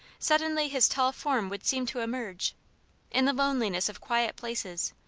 suddenly his tall form would seem to emerge in the loneliness of quiet places,